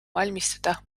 valmistada